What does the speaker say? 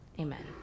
Amen